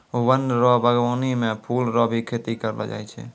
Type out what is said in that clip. वन रो वागबानी मे फूल रो भी खेती करलो जाय छै